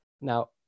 Now